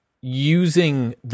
using